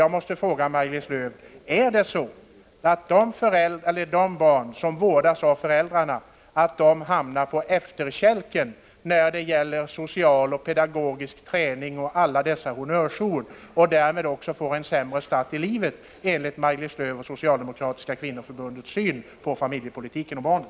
Jag måste fråga Maj-Lis Lööw: Är det så att de barn som vårdas av föräldrarna hamnar på efterkälken när det gäller social och pedagogisk träning, och alla andra honnörsord, och därmed också får en sämre start i livet, enligt Maj-Lis Lööws och socialdemokratiska kvinnoförbundets syn på familjepolitiken och barnen?